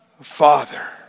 Father